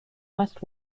west